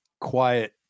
quiet